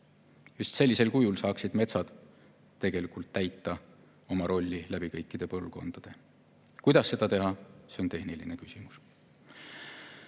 Just sellisel kujul saaks mets tegelikult täita oma rolli läbi kõikide põlvkondade. Kuidas seda teha, see on tehniline küsimus.